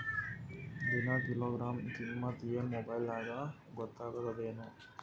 ದಿನಾ ಕಿಲೋಗ್ರಾಂ ಕಿಮ್ಮತ್ ಏನ್ ಮೊಬೈಲ್ ನ್ಯಾಗ ಗೊತ್ತಾಗತ್ತದೇನು?